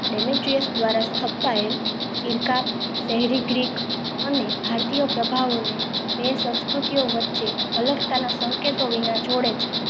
Demetrius દ્વારા સ્થપાયેલ સિરકાપ શહેરી ગ્રીક અને ભારતીય પ્રભાવોને બે સંસ્કૃતિઓ વચ્ચે અલગતાના સંકેતો વિના જોડે છે